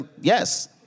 yes